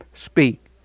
speak